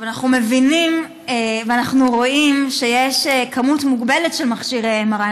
אנחנו מבינים ואנחנו רואים שיש מספר מוגבל של מכשירי MRI,